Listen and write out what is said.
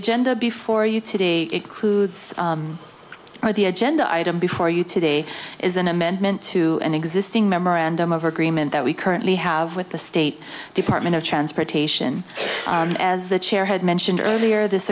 agenda before you today includes the agenda item before you today is an amendment to an existing memorandum of agreement that we currently have with the state department of transportation and as the chair had mentioned earlier this